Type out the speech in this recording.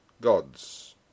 gods